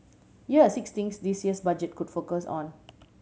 here are six things this year's Budget could focus on